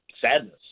sadness